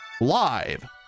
live